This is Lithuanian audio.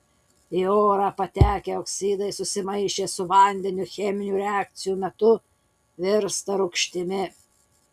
į orą patekę oksidai susimaišę su vandeniu cheminių reakcijų metu virsta rūgštimi